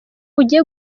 ugiye